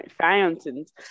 Fountains